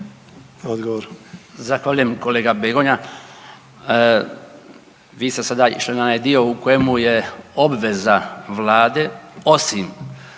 Odgovor.